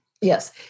yes